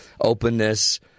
openness